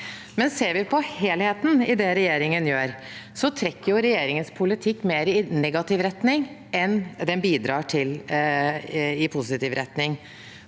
Men ser vi på helheten i det regjeringen gjør, trekker regjeringens politikk mer i negativ retning enn den bidrar i positiv retning: